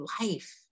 life